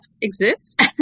exist